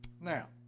now